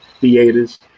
theaters